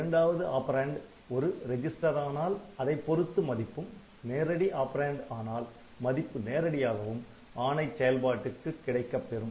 இரண்டாவது ஆப்பரேன்ட் ஒரு ரெஜிஸ்டரானால் அதைப் பொறுத்து மதிப்பும் நேரடி ஆப்பரேன்ட் என்றால் மதிப்பு நேரடியாகவும் ஆணைச் செயல்பாட்டுக்கு கிடைக்கப்பெறும்